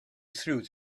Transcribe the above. through